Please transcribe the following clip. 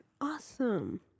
Awesome